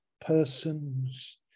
persons